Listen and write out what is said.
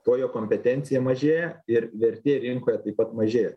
tuo jo kompetencija mažėja ir vertė rinkoje taip pat mažėja